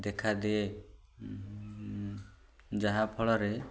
ଦେଖାଦିଏ ଯାହାଫଳରେ